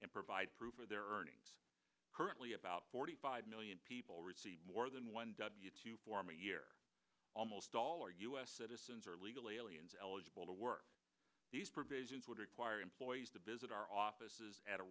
and provide proof of their earnings currently about forty five million people receive more than one w two form a year almost all are u s citizens or legal aliens eligible to work these provisions would require employees to visit our offices at a